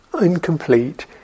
incomplete